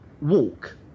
walk